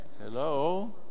Hello